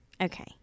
okay